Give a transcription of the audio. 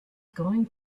going